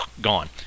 gone